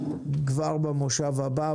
כבר במושב הבא.